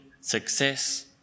success